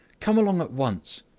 come along at once!